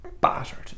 battered